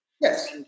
Yes